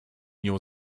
nią